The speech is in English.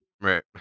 Right